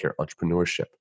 entrepreneurship